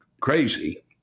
crazy